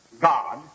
God